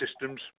systems